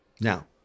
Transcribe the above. Now